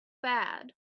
bad